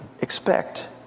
expect